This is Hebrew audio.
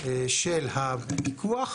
של הפיקוח